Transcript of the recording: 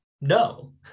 no